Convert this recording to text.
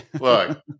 Look